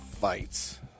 fights